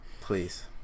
Please